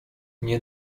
nie